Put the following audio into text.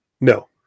No